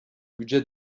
budget